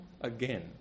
again